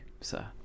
sir